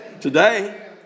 today